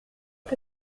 que